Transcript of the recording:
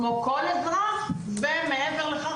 כמו כל אזרח ומעבר לכך,